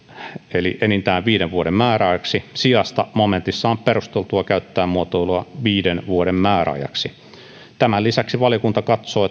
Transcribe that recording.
eli enintään viiden vuoden määräajaksi sijasta momentissa on perusteltua käyttää muotoilua viiden vuoden määräajaksi tämän lisäksi valiokunta katsoo